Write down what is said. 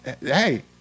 Hey